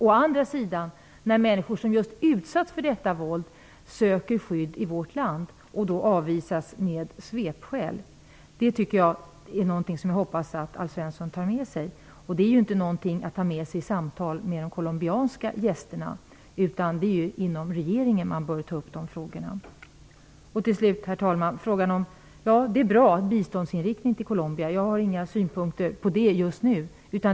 Å andra sidan avvisas människor som just utsatts för detta våld och som söker skydd i vårt land med svepskäl. Jag hoppas att Alf Svensson tar med sig detta. Det är inte någonting att ta med sig i samtal med de colombianska gästerna. Det är inom regeringen som dessa frågor bör tas upp. Herr talman! Biståndsinriktningen när det gäller Colombia är bra. Jag har inga synpunkter på det just nu.